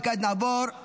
15